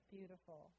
Beautiful